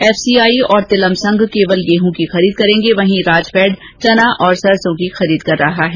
FCI और तिलम संघ केवल गेहूं की खरीद करेंगे वहीं राजफैड चना और सरसो की खरीद कर रहा है